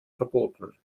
verboten